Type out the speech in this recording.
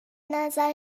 نظر